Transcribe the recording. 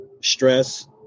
stress